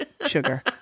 sugar